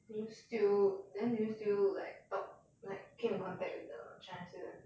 do you still then do you still like talk like keep in contact with the china students